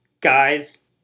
guys